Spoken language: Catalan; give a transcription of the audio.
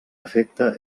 efecte